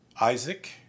Isaac